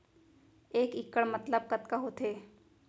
एक इक्कड़ मतलब कतका होथे?